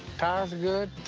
tires are good.